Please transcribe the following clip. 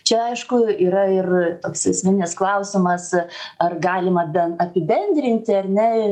čia aišku yra ir toks esminis klausimas ar galima bent apibendrinti ar ne